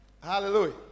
Hallelujah